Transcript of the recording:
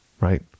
right